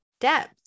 depth